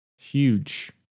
Huge